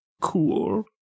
Cool